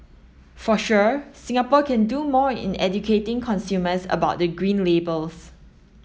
for sure Singapore can do more in educating consumers about the green labels